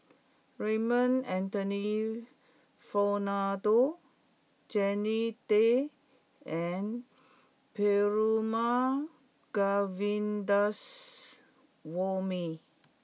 Raymond Anthony Fernando Jannie Tay and Perumal Govindaswamy